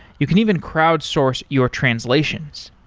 you can even crowd source your translations.